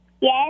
Yes